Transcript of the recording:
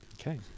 Okay